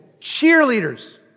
Cheerleaders